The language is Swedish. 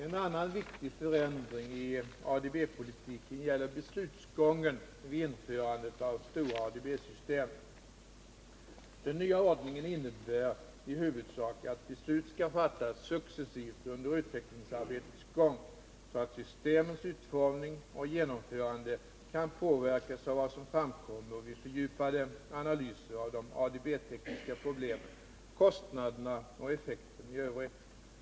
En annan viktig förändring i ADB-politiken gäller beslutsgången vid införandet av stora ADB-system. Den nya ordningen innebär i huvudsak att beslut skall fattas successivt under utvecklingsarbetets gång, så att systemens utformning och genomförande kan påverkas av vad som framkommer vid fördjupade analyser av de ADB-tekniska problemen, kostnaderna och effekterna i övrigt.